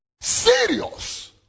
serious